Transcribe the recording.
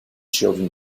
children